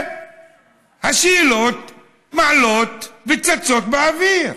והשאלות עולות וצצות באוויר.